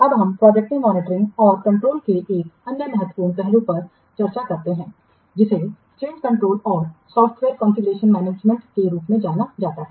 अब हम projective monitoring और कंट्रोल के एक अन्य महत्वपूर्ण पहलू पर चर्चा करते हैं जिसे चेंज कंट्रोल और सॉफ्टवेयर कॉन्फ़िगरेशन मैनेजमेंट के रूप में जाना जाता है